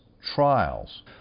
trials